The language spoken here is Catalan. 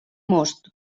most